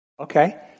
Okay